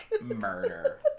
murder